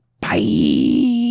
bye